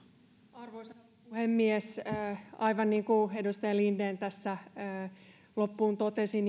arvoisa puhemies aivan niin kuin edustaja linden tässä loppuun totesi